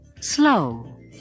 Slow